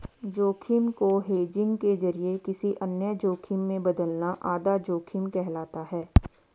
जोखिम को हेजिंग के जरिए किसी अन्य जोखिम में बदलना आधा जोखिम कहलाता है